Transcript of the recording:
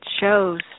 shows